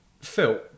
Phil